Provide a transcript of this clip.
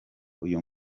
uyu